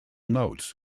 notes